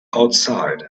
outside